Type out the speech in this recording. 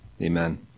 Amen